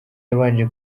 yabanje